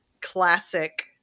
classic